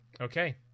Okay